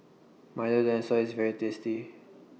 Milo Dinosaur IS very tasty